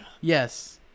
Yes